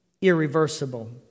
Irreversible